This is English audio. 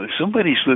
somebody's